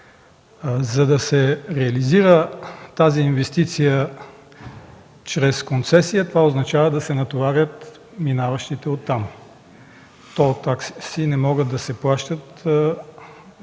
За да се реализира тази инвестиция чрез концесия, това означава да се натоварят минаващите оттам с ТОЛ-такси, които не могат да се плащат, ако